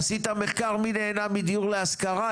עשית מחקר מי נהנה מדיור להשכרה?